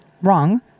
wrong